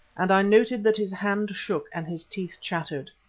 and i noted that his hand shook and his teeth chattered.